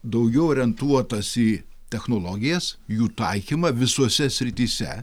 daugiau orientuotas į technologijas jų taikymą visose srityse